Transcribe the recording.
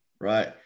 Right